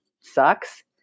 sucks